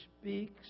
speaks